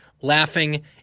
laughing